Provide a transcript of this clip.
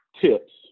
tips